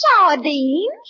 Sardines